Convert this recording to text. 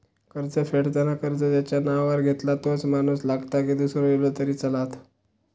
कर्ज फेडताना कर्ज ज्याच्या नावावर घेतला तोच माणूस लागता की दूसरो इलो तरी चलात?